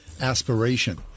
aspiration